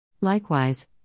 Likewise